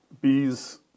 Bees